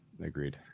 agreed